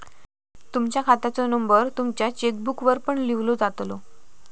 तुमच्या खात्याचो नंबर तुमच्या चेकबुकवर पण लिव्हलो जातलो